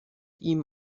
ihm